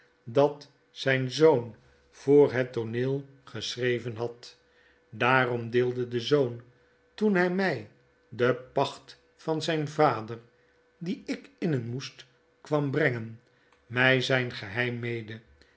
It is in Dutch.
dat zijn zoon voor het tooneel geschreven had daarom deelde de zoon toen hy my de pacht van zijn vader dien ik innen moet kwam brengen mij zijn geheim mede